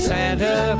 Santa